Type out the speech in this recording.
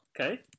Okay